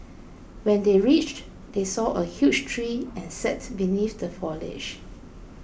when they reached they saw a huge tree and sat beneath the Foliage